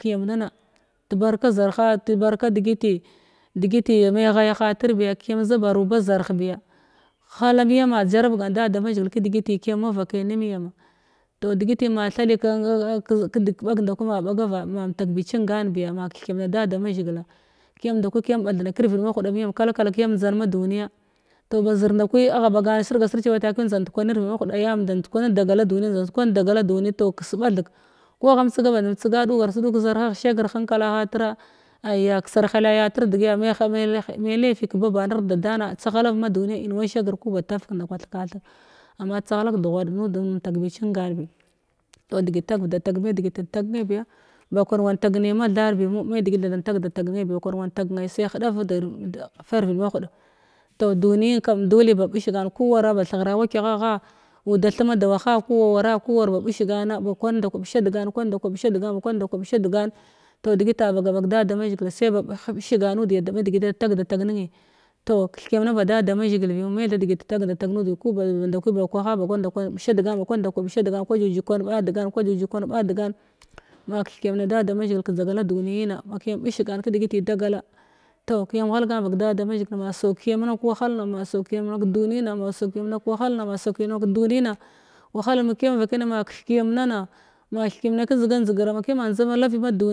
Kiyam nana tabarka zarha təbaka degiti degiti me ghayahatr biya hala miyama jarabgan da. Da mazhigil. Kədegiti kiyam mavakai nim yama toh degiti ma thali kann-kizig kann kədeg bag ndakwa ma ɓagava m mtakbi cin gan biya ma kethkiyamna da da mazhigila kiyam ndaku kiya ɓathna kirviɗ mahuda miyam kalka kiya njdan maduniya toh ba zir ndakwi agha ɓagan sirga sirg cewa taki njda ndkwan nirvid mahuɗa yamnd njda ndkwan dagala duni to kasbatheg ku ahgm tsega baden tsega duhars dug kəzarhagh shagr henkala ha tra agya kasar hala yatr degiya me-ha-mela me lefi kəbabanar dada na tsagghalar maduni in wa ba shagr kuba tafk ndakwan theka theg ama tsaghalak deghuad nudin mtakbi cin gan bi toh degit tagivda tag me degot intag nai biya bakwan wan tag nai mathat bimo me degit tha inda tagdatag nai bi bakwan tagnai sai heɗavada farvif mahud tih duniyin kam dole ba ɓshgan ku wara ba theghara wakyagha gha uda themadawaha ku wara ku war ba bisha degana kwan ndakwa bisha degana kan nda kwa ba kwanda kwa ɓisha degan toh degita ɓagaɓag da mazhigil sai ba beh bish gann nudya me degit ada tagda tag manyi toh kithkiyam na ba dada mazhigil bimo methadegit ada tagda tag nudi ku ba au ba kwaha ba kwanda kwa bisha degan kwaw jujig kwan ɓa degan ma kithkiyamna da da mazhigil ma kiyam ɓish gan kədegiti dagala toh kiyam ghalgan vak da da mazhigil ma saukiyam na kəwahal na ma saukiyam na kədunina ma saukiyam na kəwahal na ma saukiyam na kəduni na wahalen kiyam ma mkiyam vakai na ma kith kiyam nana ma kith kiyam na kənjdiga njdigr ma kiyam njda na lapi madumiya